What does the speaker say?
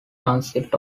transit